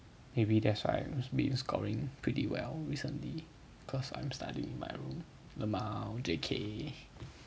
maybe that's why I have been scoring pretty well recently cause I'm studying in my room LMAO J_K